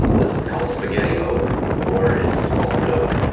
this is called spaghetti oak or it's a small toke.